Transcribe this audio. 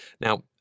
Now